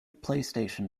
playstation